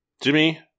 Jimmy